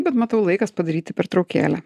bet matau laikas padaryti pertraukėlę